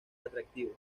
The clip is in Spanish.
atractivo